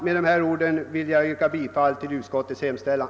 Med dessa ord vill jag yrka bifall till utskottets hemställan.